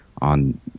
on